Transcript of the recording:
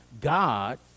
God